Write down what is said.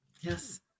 Yes